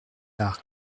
par